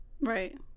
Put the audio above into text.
Right